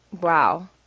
Wow